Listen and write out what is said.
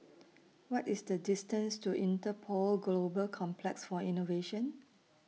What IS The distance to Interpol Global Complex For Innovation